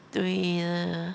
对 ah